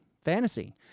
Fantasy